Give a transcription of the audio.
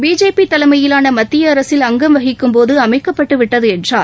BJP தலைமையிலான மத்திய அரசில் அங்கம் வகிக்கும் போது அமைக்கப்பட்டுவிட்டது என்றார்